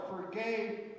forgave